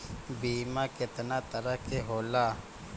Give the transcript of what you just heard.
बीमा केतना तरह के होला?